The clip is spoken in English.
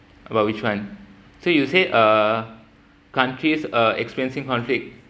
about which one so you said uh countries uh experiencing conflict